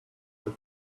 that